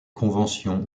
conventions